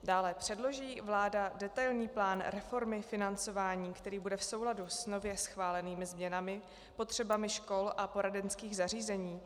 Dále, předloží vláda detailní plán reformy financování, který bude v souladu s nově schválenými změnami, potřebami škol a poradenských zařízení?